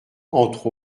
entre